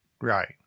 Right